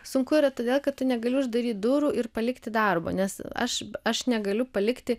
sunku yra todėl kad tu negali uždaryt durų ir palikti darbo nes aš aš negaliu palikti